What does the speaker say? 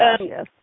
yes